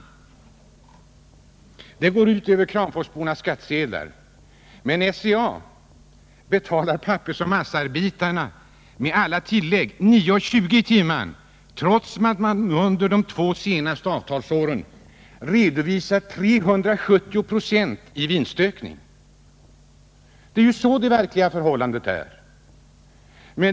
Dessa kostnader tas ut över Kramforsbornas skattsedlar. Men SCA betalar pappersoch massaarbetarna — med alla tillägg — kronor 9:20 i timmen trots att detta bolag under de två senaste avtalsåren har redovisat en vinstökning om 370 procent. Sådant är det verkliga förhållandet!